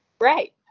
Right